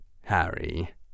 Harry